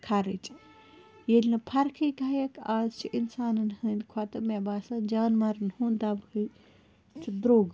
خرٕچ ییٚلہِ نہٕ فرقٕے گٔیَکھ آز چھِ اِنسانَن ہٕنٛدۍ کھۄتہٕ مےٚ باسان جانوَرَن ہُنٛد دَوہٕے چھُ درٛوگ